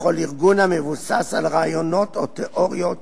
וכל ארגון המבוסס על רעיונות או תיאוריות